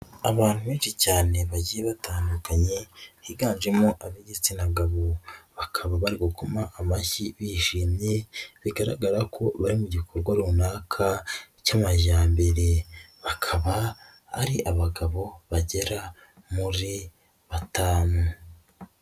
Abantu benshi cyane bagiye batandukanye higanjemo ab'igitsina gabo, bakaba bari gukoma amashyi bishimye bigaragara ko bari mu gikorwa runaka cy'amajyambere, bakaba ari abagabo bagera muri batanu.